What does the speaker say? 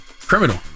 Criminal